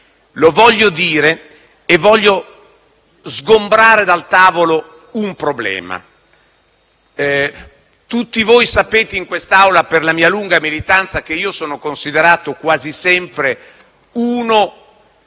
Lo voglio dire e voglio sgomberare il campo da un problema: tutti voi sapete in quest'Aula, per la mia lunga militanza, che sono considerato quasi sempre un